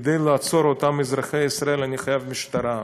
כדי לעצור אותם, אזרחי ישראל, אני חייב משטרה,